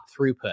throughput